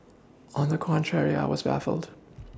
on the contrary I was baffled